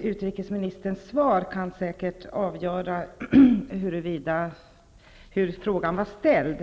utrikesministerns svar kan säkert avgöra hur frågan var ställd.